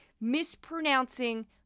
mispronouncing